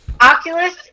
Oculus